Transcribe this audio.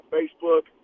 Facebook